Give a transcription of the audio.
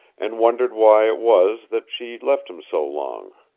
and wondered why it was that she left him so long.